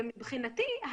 ומבחינתי,